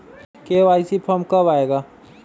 KYC form कब आए गा?